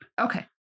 Okay